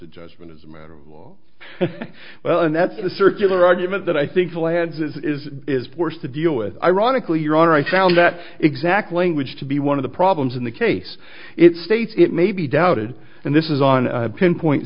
to judgment as a matter of law well and that's a circular argument that i think the lanzas is forced to deal with ironically your honor i found that exact language to be one of the problems in the case it states it may be doubted and this is on pinpoint